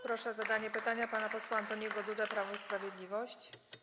Proszę o zadanie pytania pana posła Antoniego Dudę, Prawo i Sprawiedliwość.